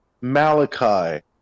Malachi